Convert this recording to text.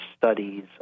studies